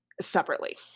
separately